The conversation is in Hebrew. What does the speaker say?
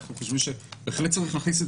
אנחנו חושבים שבהחלט צריך להכניס את